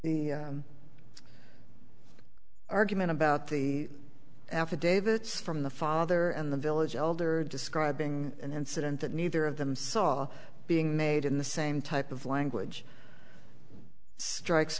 argument about the affidavits from the father and the village elder describing an incident that neither of them saw being made in the same type of language strikes